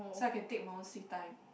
so I can take my own sweet time